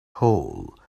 hole